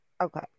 Okay